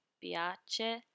piace